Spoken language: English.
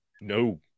No